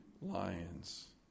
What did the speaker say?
lions